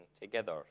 together